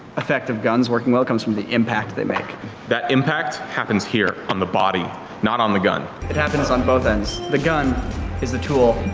effect of guns working well, comes from the impact they make that impact happens here on the body not on the gun it happens on both ends. the gun is the tool.